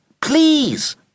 Please